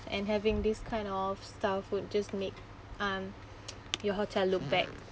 and having this kind of staff would just make um your hotel look bad